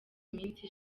minsi